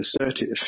assertive